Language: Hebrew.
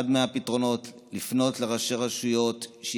אחד הפתרונות הוא לפנות לראשי רשויות כדי